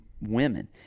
women